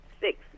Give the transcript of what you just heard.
six